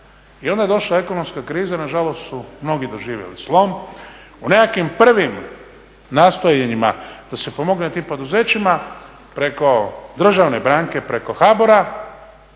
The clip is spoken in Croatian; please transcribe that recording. i onda je došla ekonomska kriza i nažalost su mnogi doživjeli slom. U nekakvim prvim nastojanjima da se pomogne tim poduzećima preko državne banke preko HBOR-a